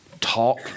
talk